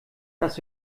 das